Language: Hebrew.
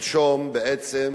שלשום בעצם,